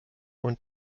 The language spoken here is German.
und